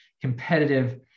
competitive